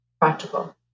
practical